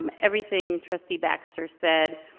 um everything trustee baxter said,